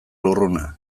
lurruna